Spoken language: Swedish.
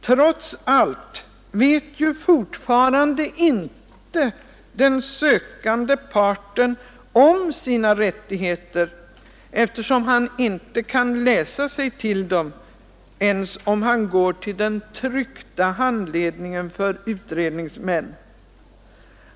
Trots allt vet därför fortfarande inte den sökande parten om sina rättigheter, eftersom han inte kan läsa sig till dem ens om han går till den tryckta handledningen för utredningsmän.